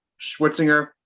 Schwitzinger